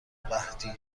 قحطی